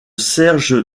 serge